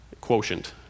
quotient